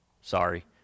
Sorry